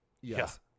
Yes